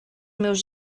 meus